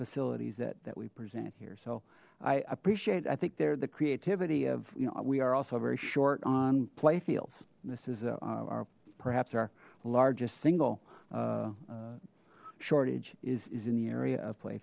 facilities that that we present here so i appreciate i think they're the creativity of you know we are also very short on play fields this is our perhaps our largest single shortage is is in the area of play